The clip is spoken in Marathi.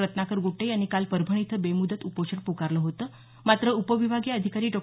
रत्नाकर गुट्टे यांनी काल परभणी इथं बेमुदत उपोषण पुकारलं होतं मात्र उपविभागीय अधिकारी डॉ